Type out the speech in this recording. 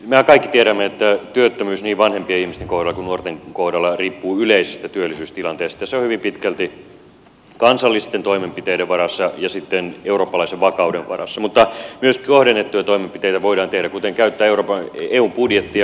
mehän kaikki tiedämme että työttömyys niin vanhempien ihmisten kohdalla kuin nuorten kohdalla riippuu yleisestä työllisyystilanteesta ja se on hyvin pitkälti kansallisten toimenpiteiden varassa ja sitten eurooppalaisen vakauden varassa mutta myös kohdennettuja toimenpiteitä voidaan tehdä kuten käyttää eun budjettia